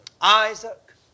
Isaac